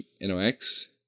Nox